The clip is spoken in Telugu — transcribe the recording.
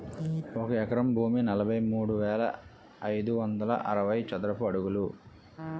ఒక ఎకరం భూమి నలభై మూడు వేల ఐదు వందల అరవై చదరపు అడుగులు